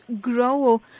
grow